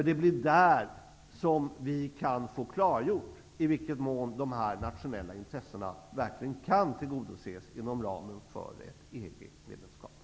Det blir där som vi kan få klargjort i vilken mån de nationella intressena verkligen kan tillgodoses inom ramen för ett EG-medlemskap.